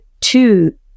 two